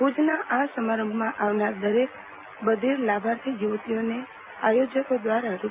ભુજના આ સમારંભમાં આવનારી દરેક બધિર લાભાર્થી યુવતિઓને આયોજકો દ્વારા રૂ